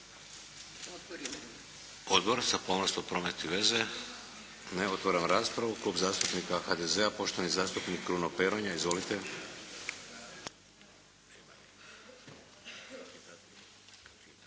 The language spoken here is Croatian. Odbor za pomorstvo, promet i veze? Ne. Otvaram raspravu. Klub zastupnika HDZ-a, poštovani zastupnik Kruno Peronja. Izvolite.